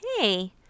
hey